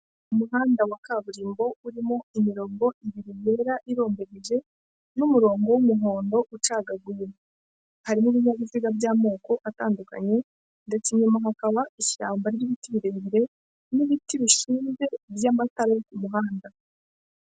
Umuhanda wa kaburimbo urimo imirongo imbere yera irombereje n'umurongo w'umuhondo ucagaguye, harimo n'ibinyabiziga by'amoko atandukanye ndetse inyuma hakaba ishyamba ry'ibiti birebire n'ibiti bishinje by'amatara yo ku muhanda.